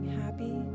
happy